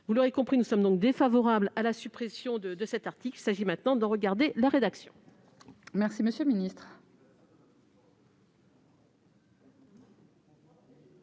Vous l'aurez compris, nous sommes donc défavorables à la suppression de cet article ; il s'agit maintenant d'en examiner la rédaction. Quel est l'avis